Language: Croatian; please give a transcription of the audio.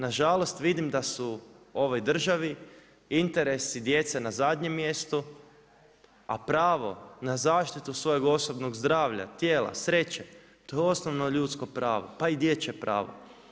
Nažalost vidim da su u ovoj državi interesi djece na zadnjem mjestu, a pravo na zaštitu svojeg osobnog zdravlja, tijela, sreće to je osnovno ljudsko pravo, pa i dječje pravo.